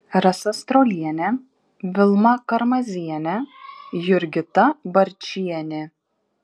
rasa strolienė vilma karmazienė jurgita barčienė